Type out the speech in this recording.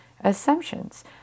assumptions